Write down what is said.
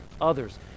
others